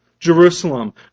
Jerusalem